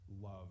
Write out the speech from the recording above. love